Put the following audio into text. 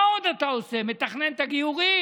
מה עוד אתה עושה, מתכנן את הגיורים?